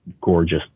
gorgeous